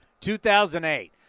2008